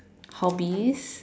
hobbies